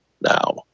now